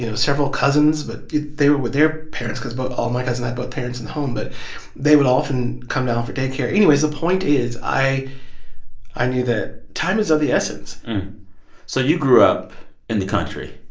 you know several cousins. but they were with their parents cause but all my cousins had both parents in the home. but they would often come down for day care. anyways, the point is, i i knew that time is of the essence so you grew up in the country.